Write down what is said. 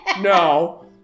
No